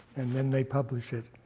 and then they publish it.